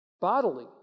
bodily